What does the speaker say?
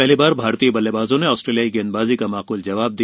पहली बार भारतीय बल्लेबाजों ने आस्ट्रेलियाई गेंदबाजी का माकूल जवाब दिया